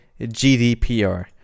GDPR